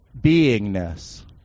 beingness